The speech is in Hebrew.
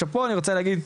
עכשיו פה אני רוצה להגיד.